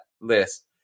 list